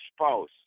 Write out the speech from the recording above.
spouse